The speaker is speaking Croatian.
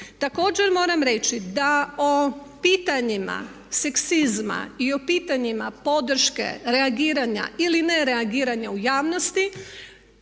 Također, moram reći da o pitanjima seksizma i o pitanjima podrške, reagiranja ili nereagiranja u javnosti